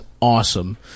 awesome